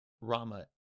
Rama